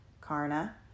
Karna